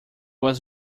was